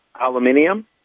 aluminium